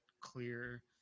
clear